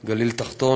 גליל-תחתון,